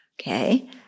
Okay